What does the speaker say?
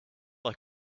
just